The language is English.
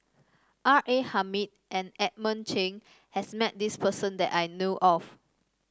R A Hamid and Edmund Cheng has met this person that I know of